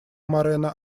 морено